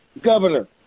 governor